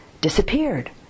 disappeared